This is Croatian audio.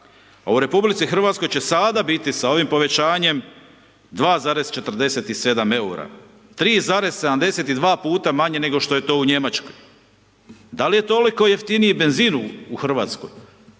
u RH će sada biti sa ovim povećanjem 2,47 eura. 3,72 puta manje nego što je to u Njemačkoj. Da li je toliko jeftiniji benzin u Hrvatskoj?